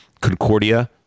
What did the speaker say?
Concordia